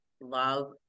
love